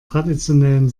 traditionellen